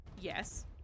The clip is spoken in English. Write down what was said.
Yes